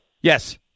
Yes